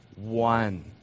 one